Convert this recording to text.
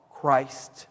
Christ